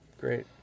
Great